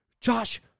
Josh